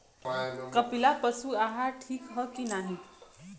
कपिला पशु आहार ठीक ह कि नाही?